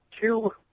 two